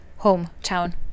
hometown